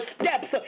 steps